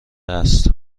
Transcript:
است